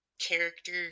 character